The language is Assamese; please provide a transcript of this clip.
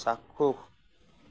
চাক্ষুষ